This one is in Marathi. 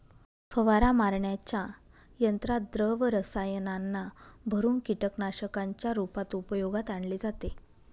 फवारा मारण्याच्या यंत्रात द्रव रसायनांना भरुन कीटकनाशकांच्या रूपात उपयोगात आणले जाते